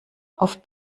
auf